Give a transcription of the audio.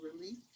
relief